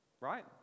Right